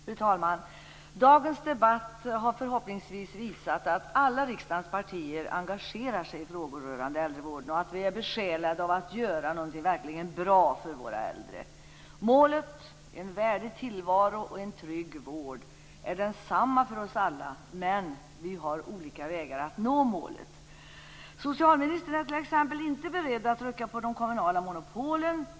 Fru talman! Dagens debatt har förhoppningsvis visat att alla riksdagens partier engagerar sig i frågor rörande äldrevården och vi är besjälade av att verkligen göra något bra för våra äldre. Målet - en värdig tillvaro och en trygg vård - är detsamma för oss alla, men vi har olika vägar att nå målet. Socialministern är t.ex. inte beredd att rucka på de kommunala monopolen.